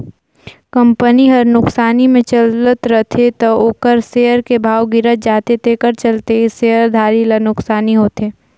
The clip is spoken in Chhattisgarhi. कंपनी हर नुकसानी मे चलत रथे त ओखर सेयर के भाव गिरत जाथे तेखर चलते शेयर धारी ल नुकसानी होथे